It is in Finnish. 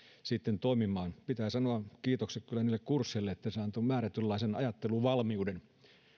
toimimaan pitää sanoa kiitokset kyllä niille kursseille että ne antoivat määrätynlaisen ajatteluvalmiuden